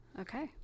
Okay